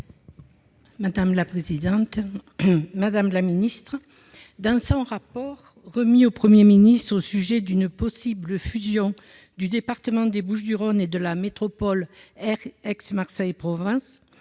territoriales. Madame la ministre, dans son rapport remis au Premier ministre au sujet d'une possible fusion du département des Bouches-du-Rhône et de la métropole Aix-Marseille-Provence,